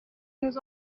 nous